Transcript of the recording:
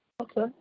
Okay